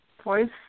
twice